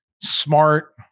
smart